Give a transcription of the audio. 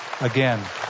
again